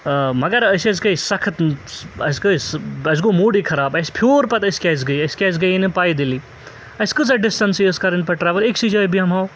مگر أسۍ حظ گٔے سخت اَسہِ گٔے اَسہِ گوٚو موٗڈٕے خراب اَسہِ پھیوٗر پَتہٕ أسۍ کیٛازِ گٔے أسۍ کیٛازِ گٔیے نہٕ پیدلی اَسہِ کۭژاہ ڈِسٹَنسٕے ٲس پَتہٕ کَرٕنۍ پتہٕ ٹرٛیوٕل أکۍسے جایہِ بیٚہمہو